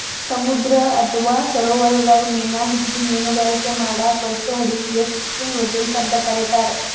ಸಮುದ್ರ ಅತ್ವಾ ಸರೋವರದಾಗ ಮೇನಾ ಹಿಡಿದು ಮೇನುಗಾರಿಕೆ ಮಾಡಾಕ ಬಳಸೋ ಹಡಗಿಗೆ ಫಿಶಿಂಗ್ ವೆಸೆಲ್ಸ್ ಅಂತ ಕರೇತಾರ